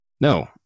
no